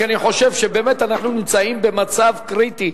כי אני חושב שאנחנו נמצאים במצב חברתי קריטי.